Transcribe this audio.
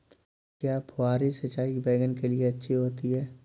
क्या फुहारी सिंचाई बैगन के लिए अच्छी होती है?